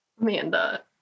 Amanda